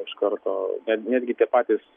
iš karto net netgi tie patys